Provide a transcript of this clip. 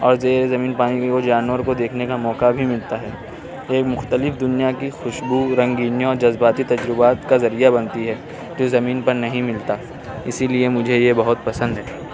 اور زیر زمین پانی کے وہ جانور کو دیکھنے کا موقع بھی ملتا ہے ایک مختلف دنیا کی خوشبو رنگینیوں اور جذباتی تجربات کا ذریعہ بنتی ہے جو زمین پر نہیں ملتا اسی لئے مجھے یہ بہت پسند ہے